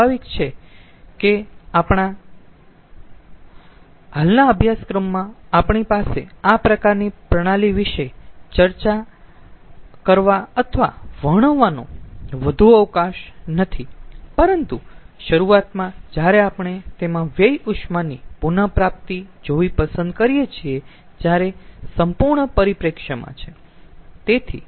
સ્વાભાવિક છે કે આપણા હાલના અભ્યાસક્રમમાં આપણી પાસે આ પ્રકારની પ્રણાલી વિશે ચર્ચા કરવા અથવા વર્ણવવાનો વધુ અવકાશ નથી પરંતુ શરૂઆતમાં જ્યારે આપણે તેમાં વ્યય ઉષ્માની પુન પ્રાપ્તિ જોવી પસંદ કરીયે છીએ ત્યારે સંપૂર્ણ પરિપ્રેક્ષ્ય છે